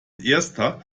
erster